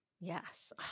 Yes